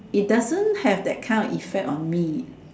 it doesn't have that kind of effect on me